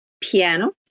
piano